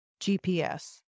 GPS